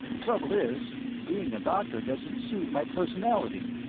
trouble is, being a doctor doesn't suit my personality,